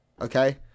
Okay